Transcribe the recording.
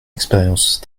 expérience